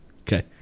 Okay